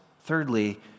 thirdly